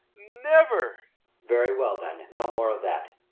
never very well, then no more of that.